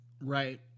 Right